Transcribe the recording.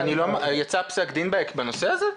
יצא פסק דין בנושא הזה?